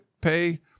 pay